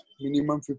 minimum